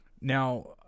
Now